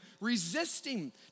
resisting